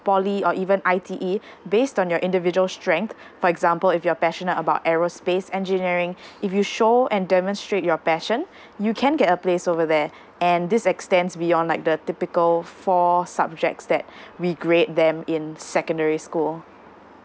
poly or even I_T_E based on your individual strength for example if you're passionate about aerospace engineering if you show and demonstrate your passion you can get a place over there and this extends beyond like the typical four subjects that we grade them in secondary school